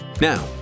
Now